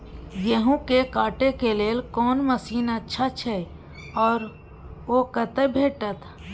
गेहूं के काटे के लेल कोन मसीन अच्छा छै आर ओ कतय भेटत?